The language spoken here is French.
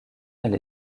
elle